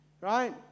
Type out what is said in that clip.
right